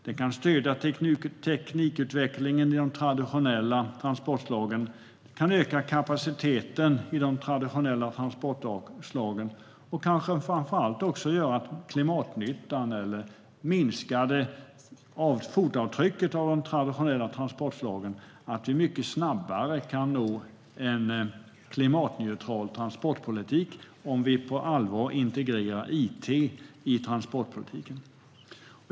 Det kan stödja teknikutvecklingen och öka kapaciteten i de traditionella transportslagen. Framför allt kanske det också gör klimatnytta eller minskar fotavtrycken av de traditionella transportslagen, så att vi mycket snabbare kan nå en klimatneutral transportpolitik, om vi på allvar integrerar it i transportpolitiken.